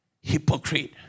Hypocrite